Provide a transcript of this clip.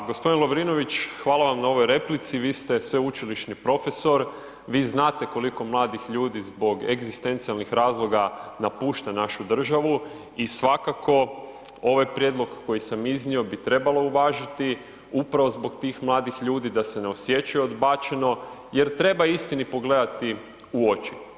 Pa g. Lovrinović, hvala vam na ovoj replici, vi ste sveučilišni profesor, vi znate koliko mladih ljudi zbog egzistencijalnih razloga napušta našu državu i svakako ovaj prijedlog koji sam iznio bi trebalo uvažiti upravo zbog tih mladih ljudi da se ne osjećaju odbačeno jer treba istini pogledati u oči.